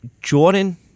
Jordan